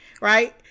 Right